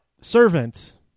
Servant